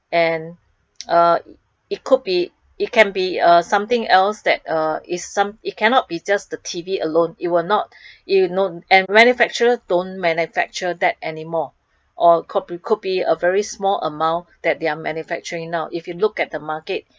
and uh it could be it can be uh something else that uh it some~ it cannot be just the T_V alone it will not it will and manufacturer don't manufacture that anymore or could be could be very small amount that they are manufacturing now if you look at the market